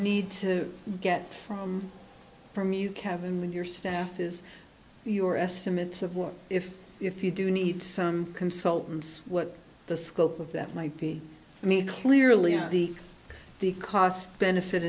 need to get from from you kevin your staff is your estimates of what if if you do need some consultants what the scope of that might be i mean clearly on the the cost benefit